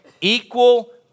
equal